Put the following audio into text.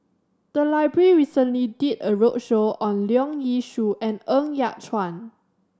the library recently did a roadshow on Leong Yee Soo and Ng Yat Chuan